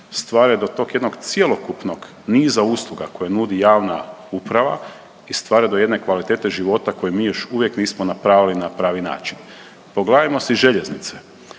stvar je do tog jednog cjelokupnog niza usluga koje nudi javna uprava i stvara do jedne kvalitete života koju mi još uvijek nismo napravili na pravi način. Pogledajmo si željeznice,